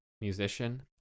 musician